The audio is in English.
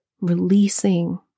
Releasing